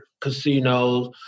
casinos